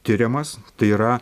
tiriamas tai yra